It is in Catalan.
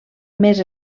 més